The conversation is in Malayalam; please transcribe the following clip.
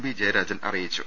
വി ജയരാജൻ അറിയി ച്ചു